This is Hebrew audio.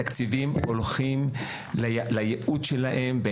התקציבים הולכים לייעוד שלהם,